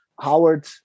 Howard